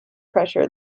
pressure